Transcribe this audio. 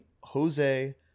Jose